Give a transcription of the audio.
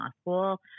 school